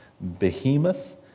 behemoth